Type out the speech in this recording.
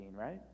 right